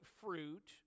fruit